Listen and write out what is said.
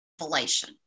revelation